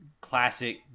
classic